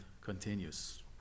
continues